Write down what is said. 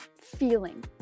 feeling